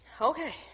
Okay